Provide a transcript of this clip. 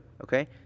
Okay